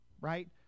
right